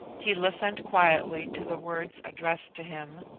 he listened quietly to the words addressed to him,